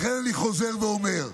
לכן אני חוזר ואומר,